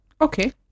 Okay